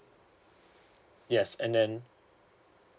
yes and then